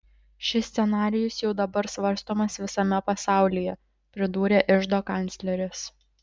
šis scenarijus jau dabar svarstomas visame pasaulyje pridūrė iždo kancleris